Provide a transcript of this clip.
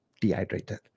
dehydrated